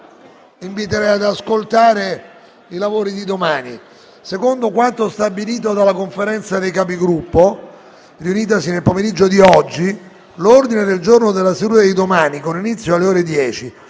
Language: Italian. "Il link apre una nuova finestra"). Secondo quanto stabilito dalla Conferenza dei Capigruppo, riunitasi nel pomeriggio di oggi, l'ordine del giorno della seduta di domani, con inizio alle ore 10,